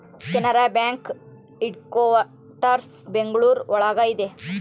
Canara bank headquarters Bengaluru ಒಳಗ ಇದೆ